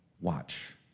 watch